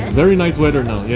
very nice weather now, yes.